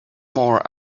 more